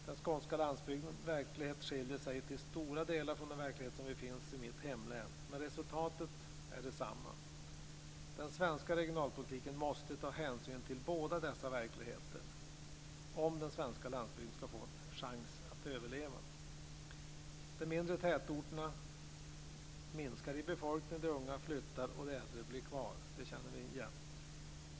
Den skånska landsbygdens verklighet skiljer sig till stora delar från den verklighet som finns i mitt hemlän, men resultatet är detsamma. Den svenska regionalpolitiken måste ta hänsyn till båda dessa verkligheter om den svenska landsbygden ska få en chans att överleva. De mindre tätorterna minskar i befolkning. De unga flyttar och de äldre blir kvar. Det känner vi igen.